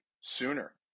sooner